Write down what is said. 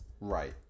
Right